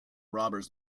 robbers